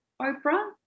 Oprah